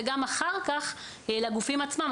וגם אחר כך לגופים עצמם.